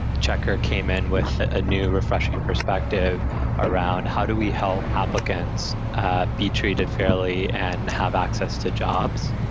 checkr came in with a new refreshing perspective around how do we help applicants ah be treated fairly and have access to jobs.